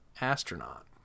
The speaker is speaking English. astronaut